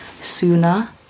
sooner